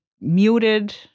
muted